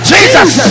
Jesus